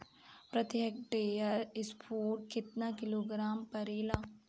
प्रति हेक्टेयर स्फूर केतना किलोग्राम परेला?